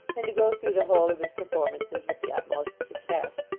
and to go through the whole of his performances with the utmost success.